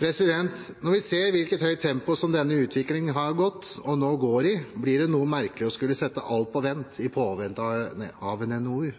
Når vi ser hvilket høyt tempo denne utviklingen har gått i og nå går i, blir det noe merkelig å skulle sette alt på vent i påvente av en NOU.